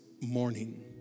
morning